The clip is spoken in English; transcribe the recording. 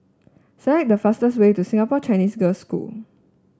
select the fastest way to Singapore Chinese Girls' School